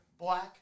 black